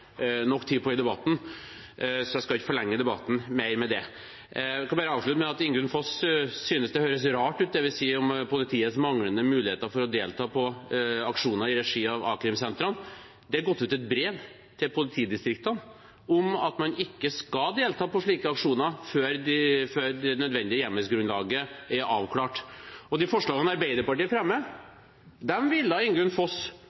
nok tid på i debatten, så jeg skal ikke forlenge debatten mer med det. Jeg kan bare avslutte med at Ingunn Foss synes det høres rart ut, det vi sier om politiets manglende muligheter for å delta på aksjoner i regi av a-krimsentrene. Det er gått ut et brev til politidistriktene om at man ikke skal delta på slike aksjoner før det nødvendige hjemmelsgrunnlaget er avklart. De forslagene Arbeiderpartiet fremmer, ville Ingunn Foss